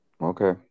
Okay